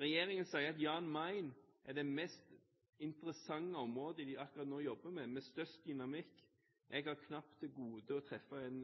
Regjeringen sier at Jan Mayen er det mest interessante området vi akkurat nå jobber med, med størst dynamikk. Jeg har til gode å treffe en